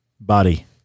body